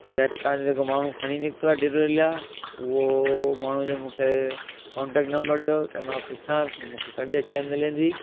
या तव्हांजो जेको माण्हू खणी निकितो आहे डिलीवरी लाइ उहो माण्हू जो मूंखे कॉन्टेक्ट नम्बर ॾियो त मां पुछांसि मूंखे कॾहिं शइ मिलंदी